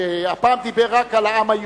שהפעם דיבר רק על העם היהודי,